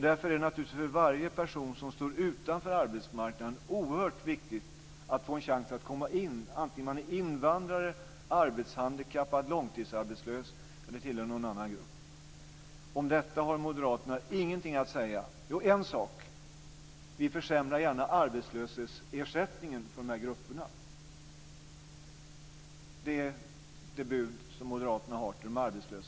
Därför är det naturligtvis för varje person som står utanför arbetsmarknaden oerhört viktigt att få en chans att komma in antingen man är invandrare, arbetshandikappad, långtidsarbetslös eller tillhör någon annan grupp. Om detta har moderaterna ingenting att säga. Jo, en sak: Vi försämrar gärna arbetslöshetsersättningen för de grupperna. Det är det bud som moderaterna har till de arbetslösa.